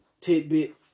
tidbit